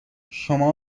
شما